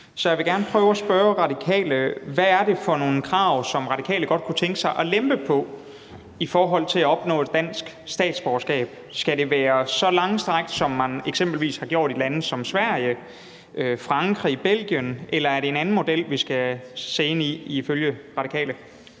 simpelt hen har været for strenge. Hvad er det for nogle krav, som Radikale godt kunne tænke sig at lempe på i forhold til at opnå et dansk statsborgerskab? Skal det være så langstrakt, som man eksempelvis har gjort det i lande som Sverige, Frankrig, Belgien, eller er det en anden model, vi skal se ind i ifølge Radikale?